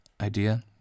idea